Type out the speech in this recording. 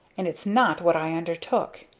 and it's not what i undertook!